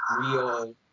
real